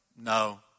No